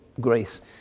grace